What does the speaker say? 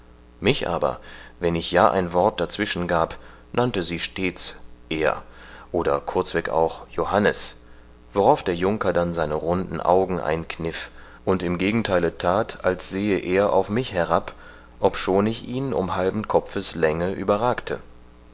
mich aber wenn ich ja ein wort dazwischen gab nannte sie stetig er oder kurzweg auch johannes worauf der junker dann seine runden augen einkniff und im gegentheile that als sähe er auf mich herab obschon ich ihn um halben kopfes länge überragte